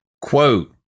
Quote